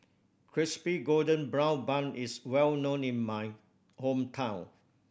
Crispy Golden Brown Bun is well known in my hometown